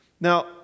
Now